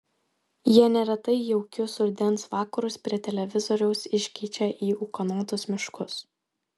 jie neretai jaukius rudens vakarus prie televizoriaus iškeičia į ūkanotus miškus